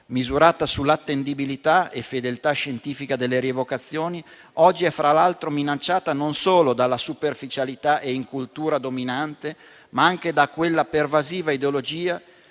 misurata sull'attendibilità e fedeltà scientifica delle rievocazioni, oggi è, fra l'altro, minacciata non solo dalla superficialità e dalla incultura dominante, ma anche da quella pervasiva ideologia